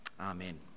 Amen